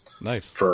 Nice